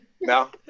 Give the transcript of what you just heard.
no